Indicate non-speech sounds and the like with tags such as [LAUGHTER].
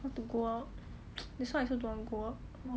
how to go out [NOISE] that's why I also don't want to go out as long as you don't want 过